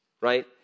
right